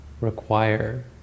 require